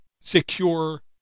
secure